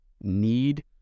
need